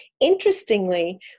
Interestingly